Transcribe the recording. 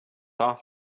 off